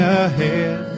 ahead